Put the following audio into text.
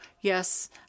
yes